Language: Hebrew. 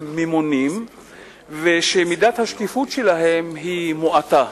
הם ממונים ושמידת השקיפות שלהן היא מועטה,